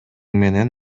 менен